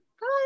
Bye